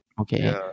Okay